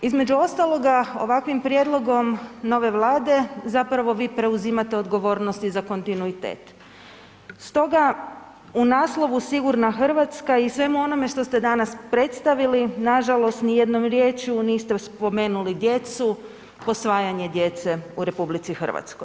Između ostaloga, ovakvim prijedlogom nove Vlade zapravo vi preuzimate odgovornost i za kontinuitet, stoga u naslovu „Sigurna Hrvatska“ i svemu onome što ste danas predstavili, nažalost nijednom riječju niste spomenuli djecu, posvajanje djece u RH.